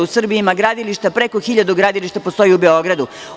U Srbiji ima 10.000 gradilišta, preko 1.000 gradilišta postoji u Beogradu.